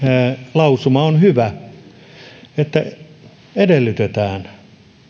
lausuma on hyvä se että edellytetään